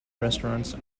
restaurants